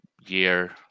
year